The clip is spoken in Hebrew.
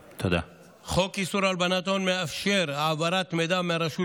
חוק איסור הלבנת הון מאפשר העברת מידע מהרשות